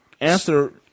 answer